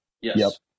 Yes